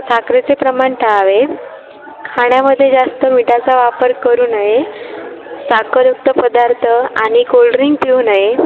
साखरेचे प्रमाण टाळावे खाण्यामध्ये जास्त मिठाचा वापर करू नये साखरयुक्त पदार्थ आणि कोल्ड्रिंक पिऊ नये